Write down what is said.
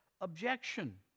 objection